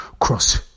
cross